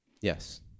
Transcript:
yes